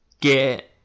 get